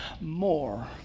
more